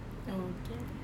okay